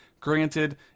Granted